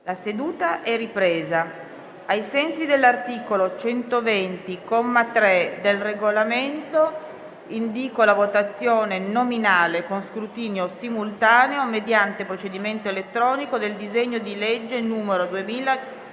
La seduta è ripresa. Ai sensi dell'articolo 120, comma 3, del Regolamento, indìco la votazione nominale con scrutinio simultaneo mediante procedimento elettronico del disegno di legge, nel suo